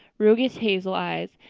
roguish hazel eyes,